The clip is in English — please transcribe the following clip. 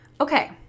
okay